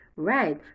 Right